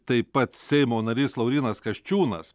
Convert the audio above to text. taip pat seimo narys laurynas kasčiūnas